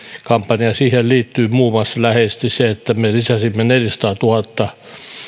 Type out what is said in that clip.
kampanja siihen liittyy muun maussa läheisesti se että me lisäsimme neljäsataatuhatta